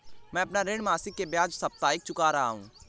मैं अपना ऋण मासिक के बजाय साप्ताहिक चुका रहा हूँ